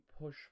push